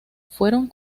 fueron